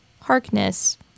Harkness